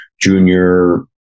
junior